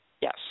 Yes